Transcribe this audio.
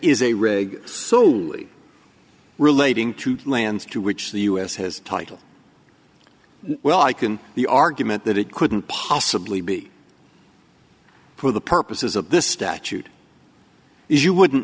is a reg so relating to lands to which the us has title well i can the argument that it couldn't possibly be for the purposes of this statute if you wouldn't